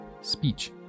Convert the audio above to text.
speech